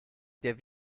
der